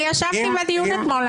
אני ישבתי בדיון אתמול.